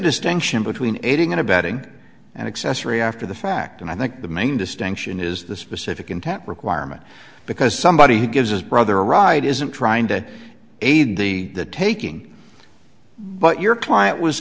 distinction between aiding and abetting and accessory after the fact and i think the main distinction is the specific intent requirement because somebody who gives his brother a ride isn't trying to aid the taking but your client was